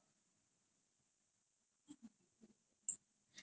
how come you single [sial] I expected you to be attached